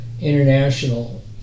International